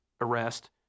arrest